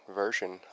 version